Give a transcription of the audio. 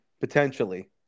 potentially